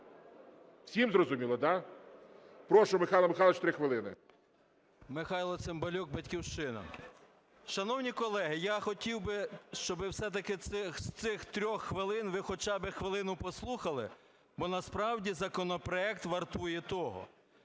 Всім зрозуміло, да? Прошу, Михайло Михайлович, три хвилини. 14:23:50 ЦИМБАЛЮК М.М. Михайло Цимбалюк, "Батьківщина". Шановні колеги, я хотів би, щоби все-таки з цих трьох хвилин ви хоча би хвилину послухали, бо насправді законопроект вартує того.